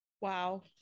Wow